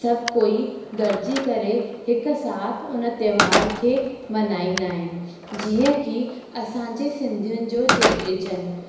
सभु कोई गॾिजी करे हिकु साथ उन त्योहार खे मल्हाईंदा आहिनि जीअं की असांजे सिंधियुनि जो चेटी चंडु